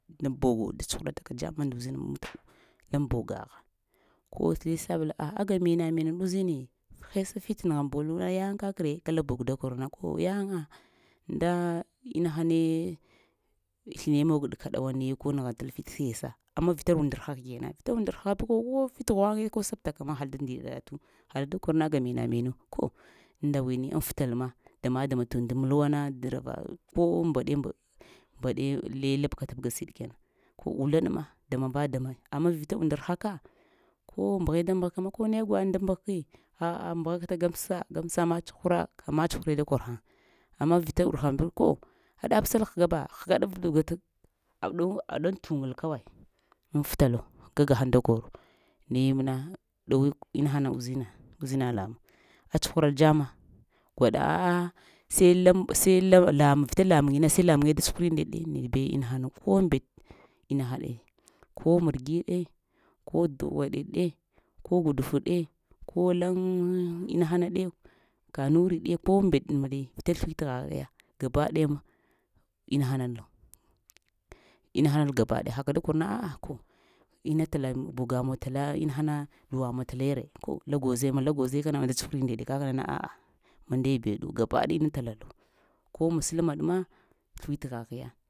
Laŋ bogo da tsuhurataka jamma dnda uzina laŋ bogagha, ko saysəblo aga mena-menen uzini hesa fit nəghaboluna yaŋa kakre ka laŋ bogə da korna, koh yaŋa nda inahane sləne mog'ɗe kɗawa naye kol nəghatal fit hesa, amma vita unndarha kena vita unndarha ka buwo ko fit ghwaŋe ko sabtaka ma hal da ndiɗaɗatu hal da kor na aga mena-menu-ko indawini aŋ fətal ma dama-dama təund malwa na dara va ko mbaɗe-mbaɗe-lilabka tabəga siɗ kena ko ulaɗma damava dama amma, vita undarhaka ko mbəghe da mbəghka ma ko ne gwaɗ da mbəghki a'a mbəghakakah, gamsa amma tsuhra, amma tsuhre da kor həŋ, amma vita unndarhaku ko aɗa pəsal həga ba, aɗaŋ tuŋal kawai aŋ futalo kag hən da koro, naye məna ɗowi inahana uzina lamuŋ a tsuhural dzama gwaɗa a'a sai laŋb-laŋ sai laŋ sai lanuŋ vita lamuŋi na sai lamuŋa da tsuhri ndeɗe raye be inahu ko nbet inarhaɗe ko manghi ɗe, ko dughwuɗ ɗe, ko guduf ɗe ko laŋ inahana ɗe kanuri ɗe ko mbet ɗe vita sbwit ghagh ɗe gabadaya hakada korna a'a ko ina tala boga maŋ ko boga məŋ tala inhana luwa muŋ tala re ko la gwoze ma la gwozee kana ma da tsuhri ndeɗe kakəgh na a'a mandaya beɗu gabadaya inna tala muŋ ko masalma ɗe ma sləwitghaghiya.